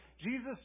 Jesus